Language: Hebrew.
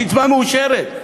הקצבה מאושרת.